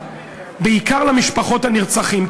בעיקר למשפחות הנרצחים,